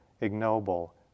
ignoble